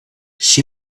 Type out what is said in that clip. she